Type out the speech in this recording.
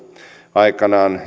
aikanaan